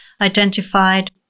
identified